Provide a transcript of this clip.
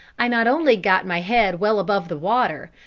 i not only got my head well above the water,